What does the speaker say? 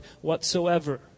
whatsoever